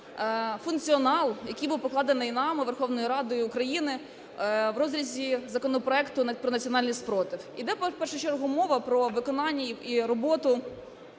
який був покладений нами, Верховною Радою України в розрізі законопроекту про національний спротив. Іде в першу чергу мова про виконання і роботу